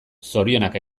zorionak